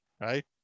right